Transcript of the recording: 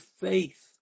faith